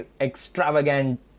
extravagant